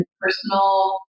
personal